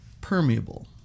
permeable